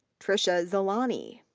tricia zalani,